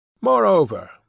Moreover